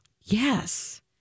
Yes